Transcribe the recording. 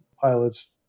pilots